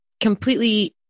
completely